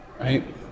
right